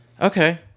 Okay